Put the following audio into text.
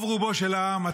רוב-רובו של העם,